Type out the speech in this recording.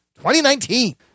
2019